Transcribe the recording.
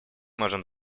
можем